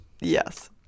yes